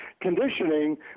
conditioning